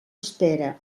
espera